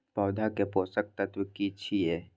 पौधा के पोषक तत्व की छिये?